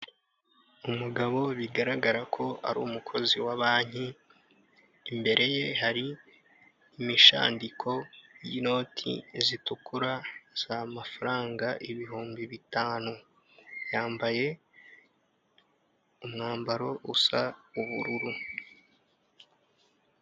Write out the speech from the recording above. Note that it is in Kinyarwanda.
Umugabo bigaragara ko ari umukozi wa Banki, imbere ye hari imishandiko y'inoti zitukura z'amafaranga ibihumbi bitanu, yambaye umwambaro usa ubururu.